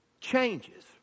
changes